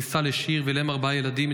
נישא לשיר ולהם ארבעה ילדים.